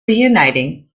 reuniting